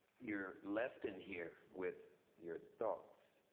you're left in here with your thoughts,